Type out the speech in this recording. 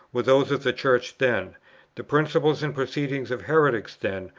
were those of the church then the principles and proceedings of heretics then,